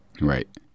Right